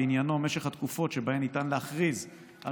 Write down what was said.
ועניינו משך התקופות שבהן ניתן להכריז על